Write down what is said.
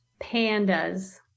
Pandas